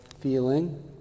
feeling